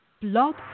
Blog